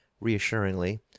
reassuringly